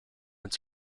its